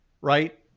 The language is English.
right